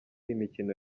imikino